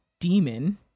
demon